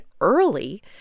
early